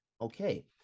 Okay